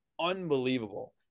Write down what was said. unbelievable